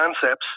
concepts